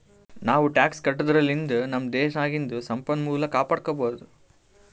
ನಾವೂ ಟ್ಯಾಕ್ಸ್ ಕಟ್ಟದುರ್ಲಿಂದ್ ನಮ್ ದೇಶ್ ನಾಗಿಂದು ಸಂಪನ್ಮೂಲ ಕಾಪಡ್ಕೊಬೋದ್